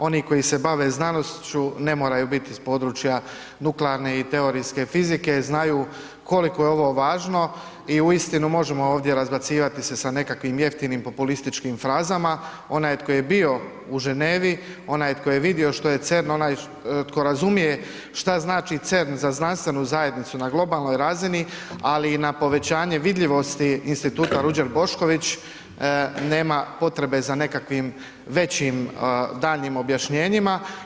Oni koji se bave znanošću ne moraju biti iz područja nuklearne i teorijske fizike, znaju koliko je ovo važno i uistinu možemo ovdje razbacivati se sa nekakvim jeftinim populističkim frazama, onaj tko je bio u Ženevi, onaj tko je vidio što je CERN, onaj tko razumije šta znači CERN za znanstvenu zajednicu na globalnoj razini, ali i na povećanje vidljivosti Instituta Ruđer Bošković nema potrebe za nekakvim većim daljnjim objašnjenjima.